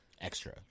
Extra